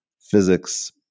physics